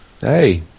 Hey